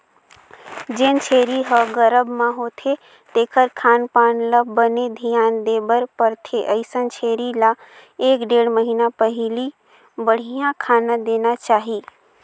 जेन छेरी ह गरभ म होथे तेखर खान पान ल बने धियान देबर परथे, अइसन छेरी ल एक ढ़ेड़ महिना पहिली बड़िहा खाना देना चाही